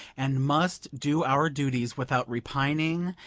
and must do our duties without repining,